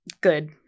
good